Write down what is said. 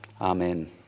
Amen